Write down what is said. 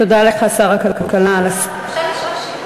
תודה לך, שר הכלכלה, על, אפשר לשאול שאלה?